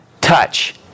touch